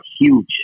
huge